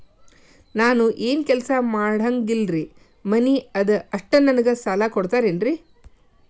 ನಾನು ಏನು ಕೆಲಸ ಮಾಡಂಗಿಲ್ರಿ ಮನಿ ಅದ ಅಷ್ಟ ನನಗೆ ಸಾಲ ಕೊಡ್ತಿರೇನ್ರಿ?